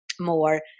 more